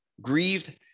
grieved